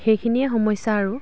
সেইখিনিয়ে সমস্যা আৰু